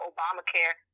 Obamacare